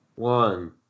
One